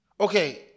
Okay